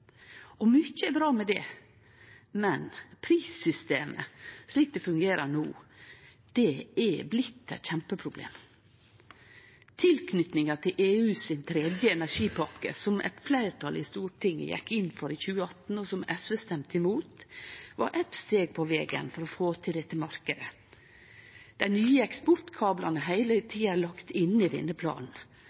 elmarknad. Mykje er bra med det, men prissystemet slik det fungerer no, er blitt eit kjempeproblem. Tilknytinga til EUs tredje energimarknadspakke, som eit fleirtal i Stortinget gjekk inn for 2018, og som SV stemte imot, var eit steg på vegen for å få til denne marknaden. Dei nye eksportkablane har heile tida lege inne i